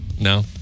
No